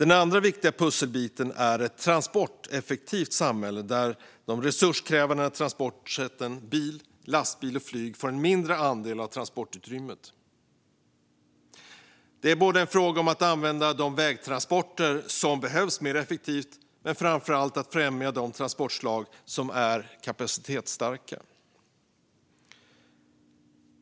En annan viktig pusselbit är ett transporteffektivt samhälle där de resurskrävande transportsätten bil, lastbil och flyg får en mindre andel av transportutrymmet. Det är en fråga om att använda de vägtransporter som behövs mer effektivt men framför allt att främja de transportslag som är kapacitetsstarka.